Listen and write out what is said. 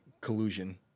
collusion